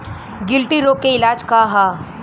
गिल्टी रोग के इलाज का ह?